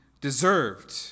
deserved